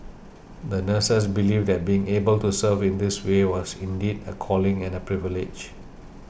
the nurses believed that being able to serve in this way was indeed a calling and a privilege